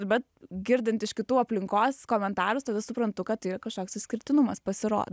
bet girdint iš kitų aplinkos komentarus tada suprantu kad tai yra kažkoks išskirtinumas pasirodo